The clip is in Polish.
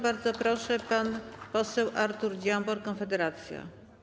Bardzo proszę, pan poseł Artur Dziambor, Konfederacja.